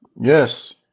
Yes